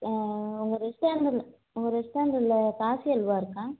உங்கள் ரெஸ்டாரண்ட் உங்கள் ரெஸ்டாரண்ட்டில் காசி அல்வா இருக்கா